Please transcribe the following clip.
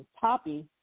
Poppy